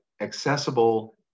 accessible